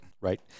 Right